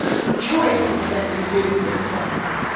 the choice was that you did it for survival.